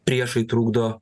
priešai trukdo